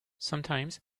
sometimes